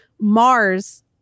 Mars